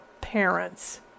parents